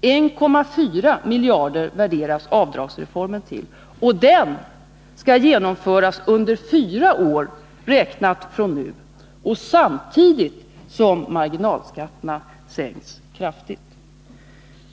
1,4 miljarder värderas avdragsreformen till, och den skall genomföras under fyra år, räknat från nu, och samtidigt som marginalskatterna sänks kraftigt.